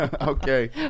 Okay